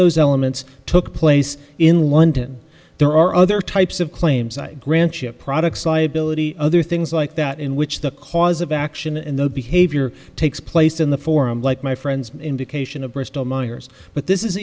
those elements took place in london there are other types of claims grant chip products liability other things like that in which the cause of action and the behavior takes place in the forum like my friend's indication of bristol myers but this is